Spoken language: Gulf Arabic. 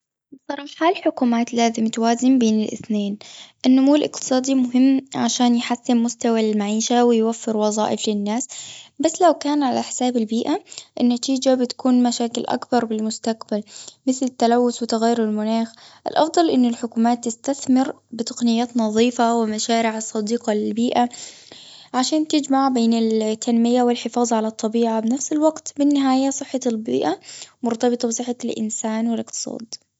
بصراحة الحكومات لازم توازن بين الاثنين. النمو الاقتصادي مهم، عشان يحسن مستوى المعيشة، ويوفر وظائف للناس. بس لو كان على حساب البيئة، النتيجة بتكون مشاكل أكبر بالمستقبل، مثل التلوث، وتغير المناخ. الأفضل إن الحكومات تستثمر بتقنيات نظيفة، ومشاريع الصديقة للبيئة، عشان تجمع بين ال تنمية، والحفاظ على الطبيعة بنفس الوقت. بالنهاية، صحه البيئة، مرتبطة بصحة الإنسان والإقتصاد.